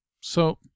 So-